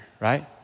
right